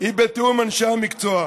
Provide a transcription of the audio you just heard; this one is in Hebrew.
היא בתיאום עם אנשי המקצוע,